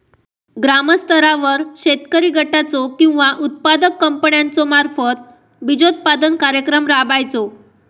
ग्रामस्तरावर शेतकरी गटाचो किंवा उत्पादक कंपन्याचो मार्फत बिजोत्पादन कार्यक्रम राबायचो?